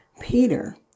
Peter